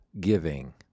giving